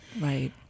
Right